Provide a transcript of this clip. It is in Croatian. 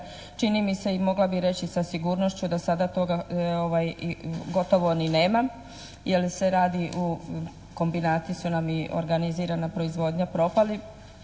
Čini mi se i mogla bih reći sa sigurnošću da sada toga gotovo ni nema jer se radi u, kombinati su nam i organizirana proizvodnja propali